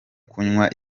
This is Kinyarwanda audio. kunywa